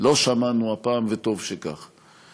לא שמענו הפעם, וטוב שכך.